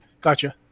Gotcha